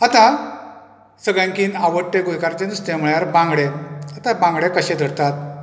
आतां सगळ्यांकीन आवडटें गोंयकाराचे नुस्तें म्हळ्यार बांगडे तें बांगडे कशे धरतात